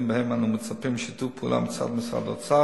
שבהם אנו מצפים לשיתוף פעולה מצד משרד האוצר